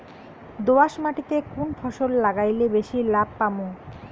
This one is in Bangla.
দোয়াস মাটিতে কুন ফসল লাগাইলে বেশি লাভ পামু?